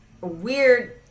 weird